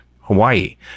Hawaii